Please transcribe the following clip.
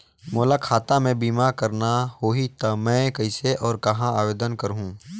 मोला खाता मे बीमा करना होहि ता मैं कइसे और कहां आवेदन करहूं?